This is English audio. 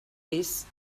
this